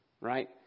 right